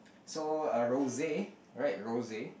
so uh rose right rose